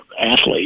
athlete